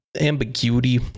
ambiguity